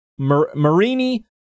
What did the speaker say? Marini